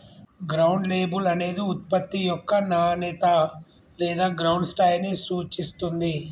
ground label అనేది ఉత్పత్తి యొక్క నాణేత లేదా గ్రౌండ్ స్థాయిని సూచిత్తుంది